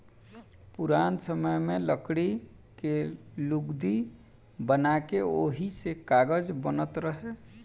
पुरान समय में लकड़ी के लुगदी बना के ओही से कागज बनत रहे